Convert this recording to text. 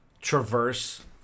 traverse